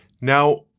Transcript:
Now